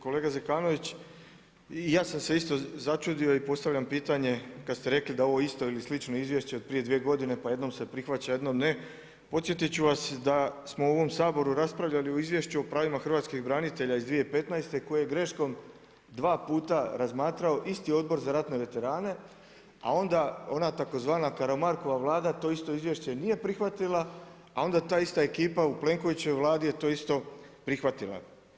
Kolega Zekanović, ja sam se isto začudio i postavljam pitanje kada ste rekli da je ovo isto ili slično izvješće prije 2 godine, pa jednom se prihvaća, jednom ne, podsjetiti ću vas da smo u ovom Saboru raspravljali o izvješću o pravima hrvatskih branitelja iz 2015. koje je greškom dva puta razmatrao isti Odbor za ratne veterane a onda ona tzv. Karamarkova Vlada, to isto izvješće nije prihvatila a onda za ista ekipa u Plenkovićevoj Vladi je to isto prihvatila.